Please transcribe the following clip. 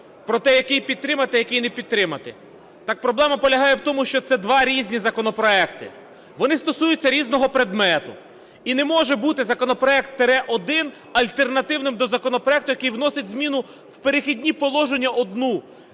про те як її підтримати, як її не підтримати. Так проблема полягає в тому, що це два різні законопроекти. Вони стосуються різного предмету і не може бути законопроект тире один альтернативним до законопроекту, який вносить зміну в "Перехідні положення" одну,